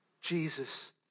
Jesus